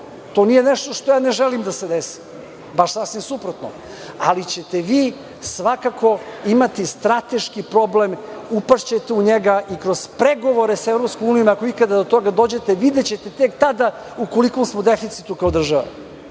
To nije nešto što ja ne želim da se desi, baš sasvim suprotno. Ali, ćete vi svakako imati strateški problem, upašćete u njega kroz pregovore sa EU, ako ikada do toga dođe, videćete tek tada u kolikom smo deficitu kao država,